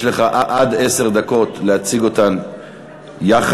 יש לך עד עשר דקות להציג אותן יחד,